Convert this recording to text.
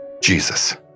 Jesus